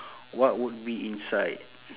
what would be inside